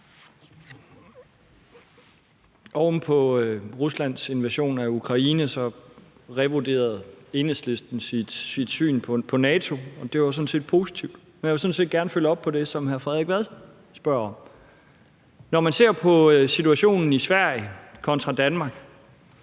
Oven på Ruslands invasion af Ukraine revurderede Enhedslisten sit syn på NATO, og det var sådan set positivt. Jeg vil gerne følge op på det, som hr. Frederik Vad spurgte om. Når man ser på situationen i Sverige kontra Danmark,